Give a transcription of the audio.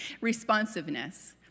responsiveness